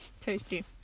tasty